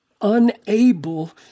unable